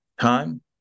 time